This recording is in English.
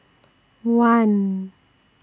one